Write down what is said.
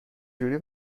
جوری